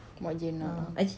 wak jenab